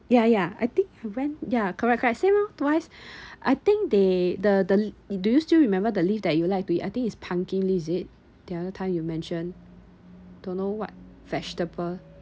ya ya I think I went ya correct correct same orh twice I think they the the it do you still remember the leaf that you like to eat I think it's pumpkin leaf is it the other time you mention don't know what vegetable